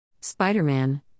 Spider-Man